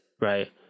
right